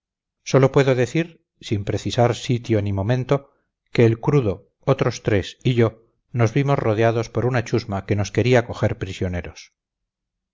sólo puedo decir sin precisar sitio ni momento que el crudo otros tres y yo nos vimos rodeados por una chusma que nos quería coger prisioneros